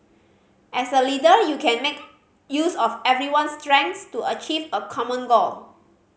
as a leader you can make use of everyone's strengths to achieve a common goal